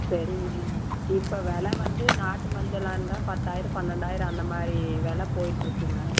சரிங்க இப்போ வெலை வந்து நாட்டு மஞ்சளாக இருந்தால் பத்தாயிரம் பன்னெண்டாயிரம் அந்த மாதிரி வெலை போயிகிட்ருக்குங்க